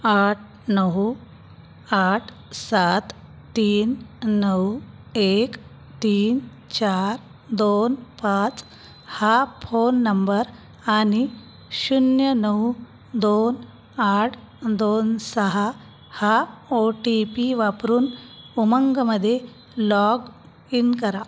आठ नऊ आठ सात तीन नऊ एक तीन चार दोन पाच हा फोन नंबर आणि शून्य नऊ दोन आठ दोन सहा हा ओटीपी वापरून उमंगमधे लॉग इन करा